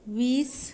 वीस